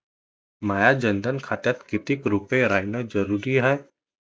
माह्या जनधन खात्यात कितीक रूपे रायने जरुरी हाय?